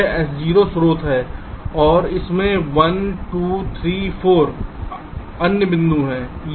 यह S0 स्रोत है और इसमें 1 2 3 4 अन्य बिंदु हैं